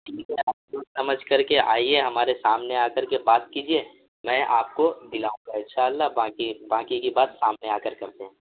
ٹھیک ہے آپ سوچ سمجھ کر کے آئیے ہمارے سامنے آ کر کے بات کیجیے میں آپ کو دلاؤں گا ان شاء اللہ باقی باقی کی بات سامنے آ کر کرتے ہیں